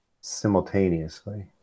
simultaneously